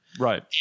Right